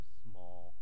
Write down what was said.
small